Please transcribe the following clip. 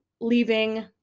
leaving